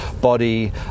body